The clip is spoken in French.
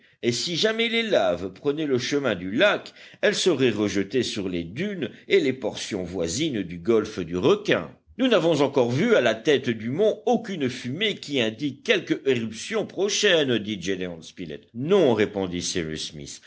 et si jamais les laves prenaient le chemin du lac elles seraient rejetées sur les dunes et les portions voisines du golfe du requin nous n'avons encore vu à la tête du mont aucune fumée qui indique quelque éruption prochaine dit gédéon spilett non répondit cyrus smith